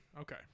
Okay